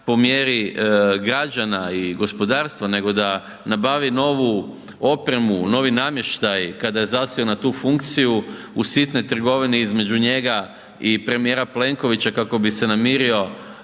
po mjeri građana i gospodarstva nego da nabavi novu opremu, novi namještaj kada je zasjeo na tu funkciju u sitnoj trgovini između njega i premijera Plenkovića kako bi se namirio